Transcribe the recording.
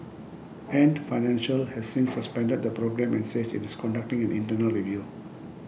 Ant Financial has since suspended the programme and says it is conducting an internal review